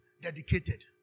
Dedicated